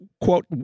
quote